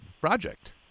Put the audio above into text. project